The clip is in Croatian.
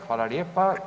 Hvala lijepa.